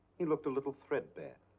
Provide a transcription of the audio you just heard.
he looked a little threadbare.